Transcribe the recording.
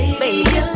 baby